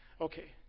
Okay